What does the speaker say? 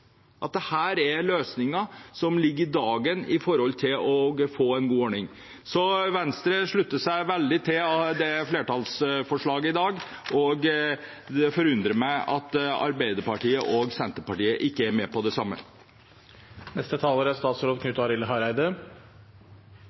at det her er løsninger som ligger i dagen for å få en god ordning. Venstre slutter seg veldig til flertallsforslaget i dag, og det forundrer meg at Arbeiderpartiet og Senterpartiet ikke er med på det